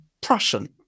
Prussian